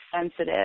sensitive